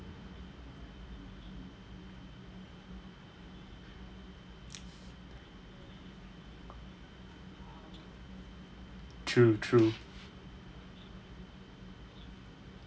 true true